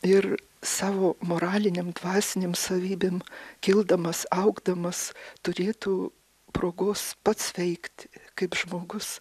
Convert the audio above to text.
ir savo moralinėm dvasinėm savybėm kildamas augdamas turėtų progos pats veikti kaip žmogus